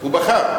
הוא בחר.